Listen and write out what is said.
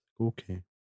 Okay